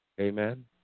Amen